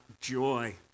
joy